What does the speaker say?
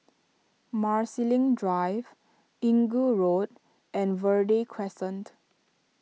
Marsiling Drive Inggu Road and Verde Crescent